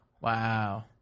Wow